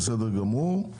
בסדר גמור.